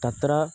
तत्र